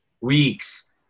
weeks